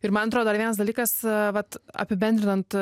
ir man atrodo dar vienas dalykas vat apibendrinant